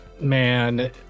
Man